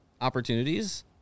opportunities